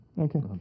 Okay